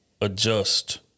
adjust